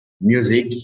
music